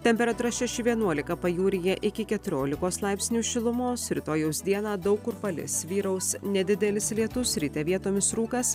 temperatūra šeši vienuolika pajūryje iki keturiolikos laipsnių šilumos rytojaus dieną daug kur palis vyraus nedidelis lietus ryte vietomis rūkas